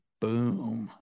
Boom